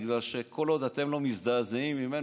בגלל שכל עוד אתם לא מזדעזעים ממנו,